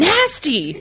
Nasty